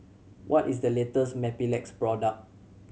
what is the latest Mepilex product